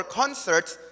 concerts